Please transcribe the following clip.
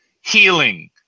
healing